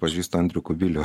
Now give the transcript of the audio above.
pažįstu andrių kubilių